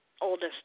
oldest